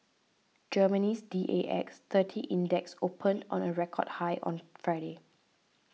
Germany's D A X thirty Index opened on a record high on Friday